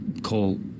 Call